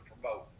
promote